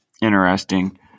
interesting